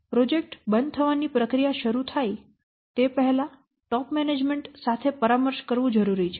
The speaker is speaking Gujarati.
પ્રોજેક્ટ બંધ થવાની પ્રક્રિયા શરૂ થાય તે પહેલાં ટોપ મેનેજમેન્ટ સાથે પરામર્શ કરવી જરૂરી છે